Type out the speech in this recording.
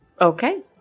okay